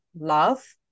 love